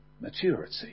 maturity